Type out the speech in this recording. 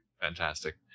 fantastic